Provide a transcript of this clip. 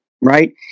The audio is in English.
Right